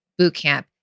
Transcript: bootcamp